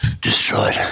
destroyed